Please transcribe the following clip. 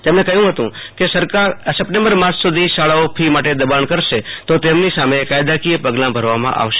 તેમણે કહ્યુ હતુ કે સપ્ટેમ્બર માસ સુ ધી શાળાઓ ફી મોટે દબાણ કરશે તો તેમની સામે કાયદાકીય પગલા ભરવામાં આવશે